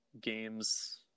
games